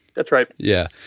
that's right yeah.